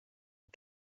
and